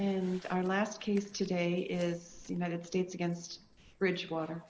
and our last case today is the united states against bridgewater